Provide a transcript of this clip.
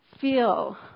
feel